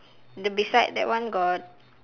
the beside that one got